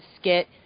skit